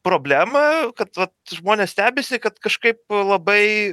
problemą kad vat žmonės stebisi kad kažkaip labai